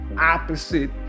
opposite